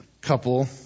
couple